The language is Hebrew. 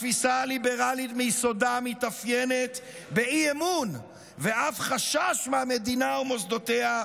התפיסה הליברלית מיסודה מתאפיינת באי-אמון ואף חשש מהמדינה ומוסדותיה,